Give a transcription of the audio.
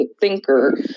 thinker